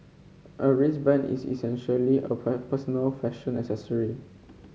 a wristband is essentially a personal fashion accessory